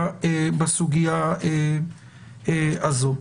בסוגיה הזו.